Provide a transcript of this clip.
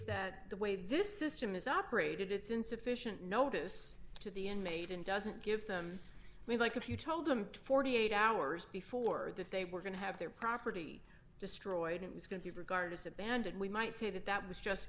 that the way this system is operated it's insufficient notice to the inmate and doesn't give them we'd like if you told them forty eight hours before that they were going to have their property destroyed it was going to be regarded as abandoned we might say that that was just